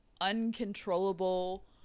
uncontrollable